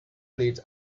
late